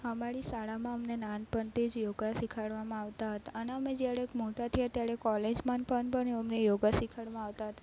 અમારી શાળામાં અમને નાનપણથી જ યોગા શીખવાડવામાં આવતા હતા અને અમે જ્યારેક મોટા થયાં ત્યારે કોલેજમાં પણ પણ અમને યોગા શીખવાડવામાં આવતા હતા